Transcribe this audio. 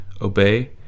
obey